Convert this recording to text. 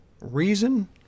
Reason